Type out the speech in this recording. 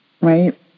right